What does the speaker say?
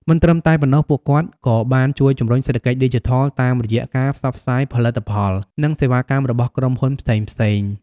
មិនត្រឹមតែប៉ុណ្ណោះ ពួកគាត់ក៏បានជួយជំរុញសេដ្ឋកិច្ចឌីជីថលតាមរយៈការផ្សព្វផ្សាយផលិតផល និងសេវាកម្មរបស់ក្រុមហ៊ុនផ្សេងៗ។